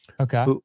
Okay